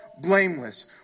blameless